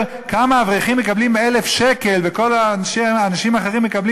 כמה אברכים מקבלים 1,000 שקל וכל האנשים האחרים,